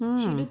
mm